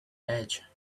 edge